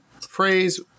phrase